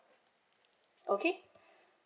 okay